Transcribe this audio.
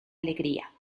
alegría